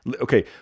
okay